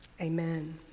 Amen